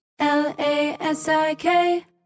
L-A-S-I-K